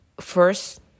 first